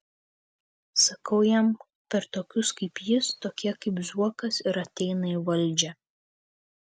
sakau jam per tokius kaip jis tokie kaip zuokas ir ateina į valdžią